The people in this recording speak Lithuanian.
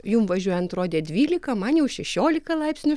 jum važiuojant rodė dvylika man jau šešiolika laipsnių